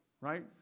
right